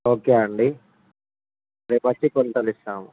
okay అండి రేపొచ్చి కొలతలిస్తాము